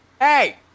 Hey